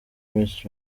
miss